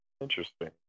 Interesting